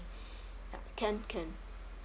ya can can